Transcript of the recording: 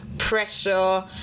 pressure